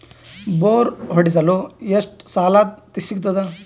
Bore ಹೊಡೆಸಲು ಎಷ್ಟು ಸಾಲ ಸಿಗತದ?